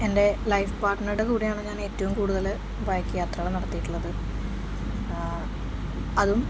എൻ്റെ ലൈഫ് പാർട്ണറുടെ കൂടെയാണ് ഞാൻ ഏറ്റവും കൂടുതല് ബൈക്ക് യാത്രകള് നടത്തിയിട്ടുള്ളത് അതും